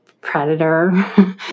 predator